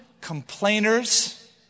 complainers